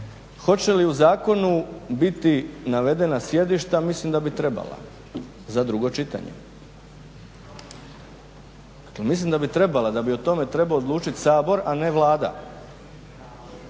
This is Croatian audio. Hoće li u zakonu biti navedena sjedišta? Mislim da bi trebala za drugo čitanje. Dakle, mislim da bi trebala, da bi o tome trebao odlučiti Sabor, a ne Vlada.